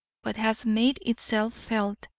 but has made itself felt,